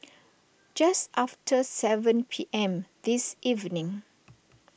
just after seven P M this evening